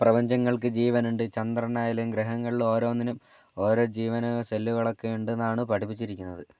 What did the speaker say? പ്രപഞ്ചങ്ങൾക്ക് ജീവനുണ്ട് ചന്ദ്രനായാലും ഗ്രഹങ്ങളിൽ ഓരോന്നിലും ഓരോ ജീവനും സെല്ലുകളൊക്കെ ഉണ്ടെന്നാണ് പഠിപ്പിച്ചിരിക്കുന്നത്